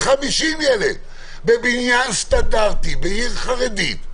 בבניין סטנדרטי בעיר חרדית,